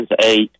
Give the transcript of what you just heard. eight